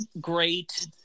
Great